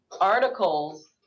articles